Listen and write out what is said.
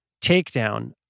takedown